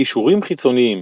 קישורים חיצוניים